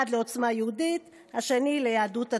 אחד לעוצמה יהודית והשני ליהדות התורה.